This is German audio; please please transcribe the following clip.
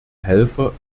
helfer